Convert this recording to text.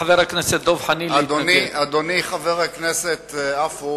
אדוני, חבר הכנסת עפו